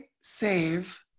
save